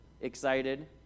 excited